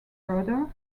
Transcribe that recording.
brother